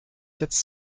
quatre